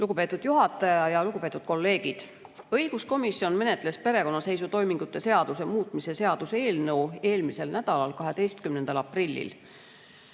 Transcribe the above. Lugupeetud juhataja! Lugupeetud kolleegid! Õiguskomisjon menetles perekonnaseisutoimingute seaduse muutmise seaduse eelnõu eelmisel nädalal, 12. aprillil.